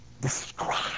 describe